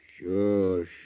Sure